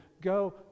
go